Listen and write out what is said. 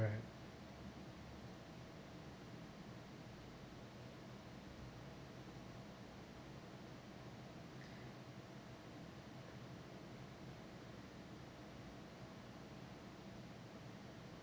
~rect